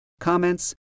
comments